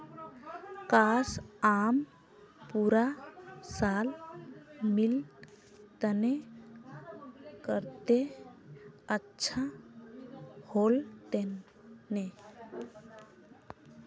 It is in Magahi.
काश, आम पूरा साल मिल तने कत्ते अच्छा होल तने